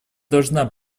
должна